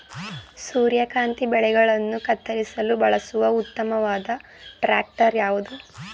ಸೂರ್ಯಕಾಂತಿ ಬೆಳೆಗಳನ್ನು ಕತ್ತರಿಸಲು ಬಳಸುವ ಉತ್ತಮವಾದ ಟ್ರಾಕ್ಟರ್ ಯಾವುದು?